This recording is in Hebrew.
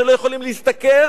שלא יכולים להשתכר,